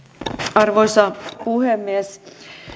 arvoisa puhemies